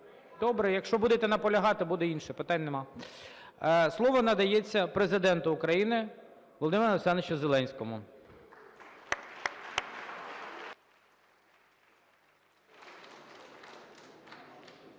Добре, якщо будете наполягати, буде інше, питань нема. Слово надається Президенту України Володимиру Олександровичу Зеленському.